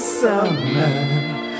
summer